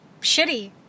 shitty